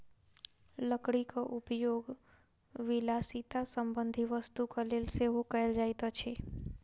लकड़ीक उपयोग विलासिता संबंधी वस्तुक लेल सेहो कयल जाइत अछि